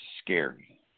scary